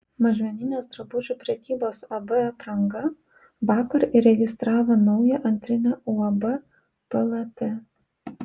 mažmeninės drabužių prekybos ab apranga vakar įregistravo naują antrinę uab plt